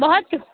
بہت